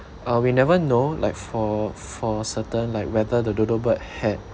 uh we never know like for for certain like whether the dodo bird had